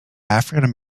african